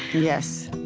yes